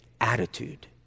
attitude